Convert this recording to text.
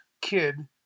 kid